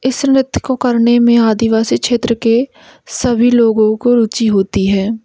इस नृत्य को करने में आदिवासी क्षेत्र के सभी लोगों को रुचि होती है